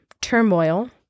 turmoil